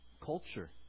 culture